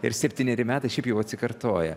ir septyneri metai šiaip jau atsikartoja